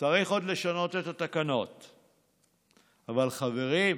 צריך עוד לשנות את התקנות, אבל, חברים,